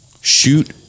shoot